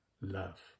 love